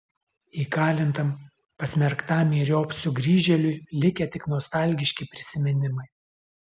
įkalintam pasmerktam myriop sugrįžėliui likę tik nostalgiški prisiminimai